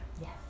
Yes